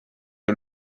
que